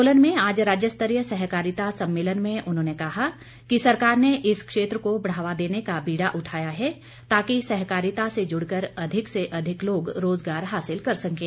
सोलन में आज राज्य स्तरीय सहकारिता सम्मेलन में उन्होंने कहा कि सरकार ने इस क्षेत्र को बढ़ावा देने का बीड़ा उठाया है ताकि सहकारिता से जुड़ कर अधिक से अधिक लोग रोजगार हासिल कर सकें